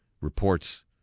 Reports